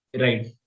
Right